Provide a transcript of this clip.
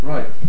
Right